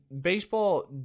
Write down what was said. baseball